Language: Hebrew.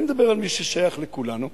אני מדבר על מי ששייך לכולנו.